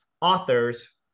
authors